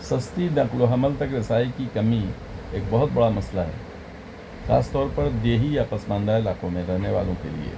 سستی نقل و حمل تک رسائی کی کمی ایک بہت بڑا مسئلہ ہے خاص طور پر دیہی یا پسماندہ علاقوں میں رہنے والوں کے لیے